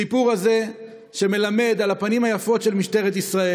הסיפור הזה מלמד על הפנים היפות של משטרת ישראל.